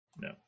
no